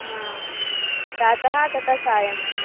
हा प्रातः तथा सायम्